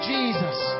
Jesus